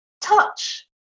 Touch